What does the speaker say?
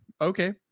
okay